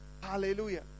Hallelujah